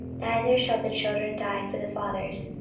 neither shall the children die for the fathers,